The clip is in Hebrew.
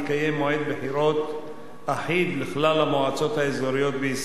בחירות אחיד לכלל המועצות האזוריות בישראל,